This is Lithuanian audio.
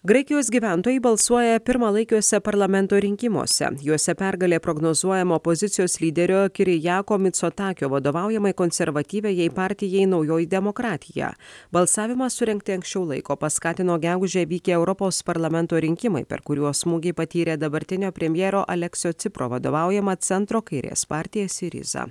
graikijos gyventojai balsuoja pirmalaikiuose parlamento rinkimuose juose pergalė prognozuojama opozicijos lyderio kirijako micotakio vadovaujamai konservatyviajai partijai naujoji demokratija balsavimą surengti anksčiau laiko paskatino gegužę vykę europos parlamento rinkimai per kuriuos smūgį patyrė dabartinio premjero aleksio cipro vadovaujama centro kairės partija siriza